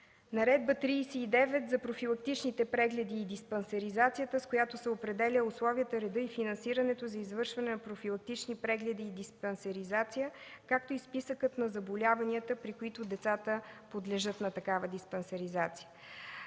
Наредба № 39 за профилактичните прегледи и диспансеризацията, с която се определят условията, редът и финансирането за извършване на профилактични прегледи и диспансеризация, както и списъкът на заболяванията, при които децата подлежат на такава диспансеризация.